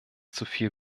zuviel